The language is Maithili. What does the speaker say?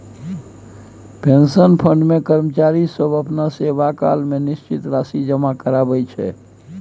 पेंशन फंड मे कर्मचारी सब अपना सेवाकाल मे निश्चित राशि जमा कराबै छै